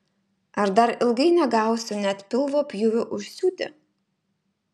ar dar ilgai negausiu net pilvo pjūvio užsiūti